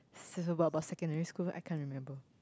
this is about secondary school I can't remember